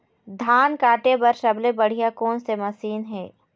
धान काटे बर सबले बढ़िया कोन से मशीन हे?